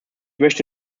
möchte